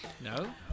No